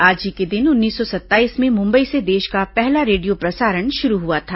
आज ही के दिन उन्नीस सौ सत्ताईस में मुंबई से देश का पहला रेडियो प्रसारण शुरू हुआ था